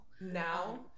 Now